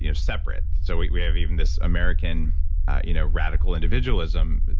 you know separate. so, we we have even this american you know radical individualism,